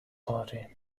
party